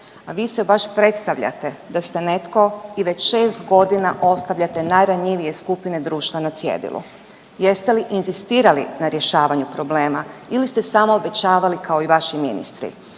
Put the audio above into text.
A vi se baš predstavljate da ste netko i već 6 godina ostavljate najranjivije skupine društva na cjedilu. Jeste li inzistirali na rješavanju problema ili ste samo obećavali kao i vaši ministri?